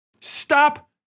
Stop